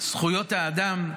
זכויות האדם?